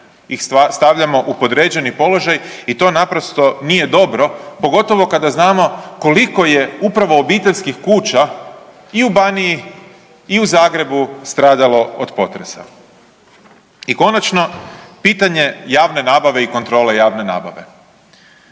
ih stavljamo u podređeni položaj i to naprosto nije dobro, pogotovo kada znamo koliko je upravo obiteljskih kuća i u Baniji i u Zagrebu stradalo od potresa. I konačno pitanje javne nabave i kontrole javne nabave.